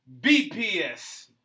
BPS